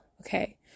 Okay